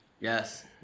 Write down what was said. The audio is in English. yes